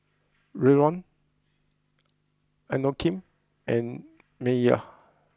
Revlon Inokim and Mayer